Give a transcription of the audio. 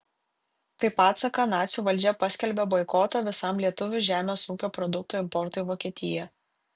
kaip atsaką nacių valdžia paskelbė boikotą visam lietuvių žemės ūkio produktų importui į vokietiją